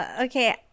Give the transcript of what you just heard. Okay